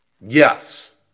Yes